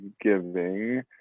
giving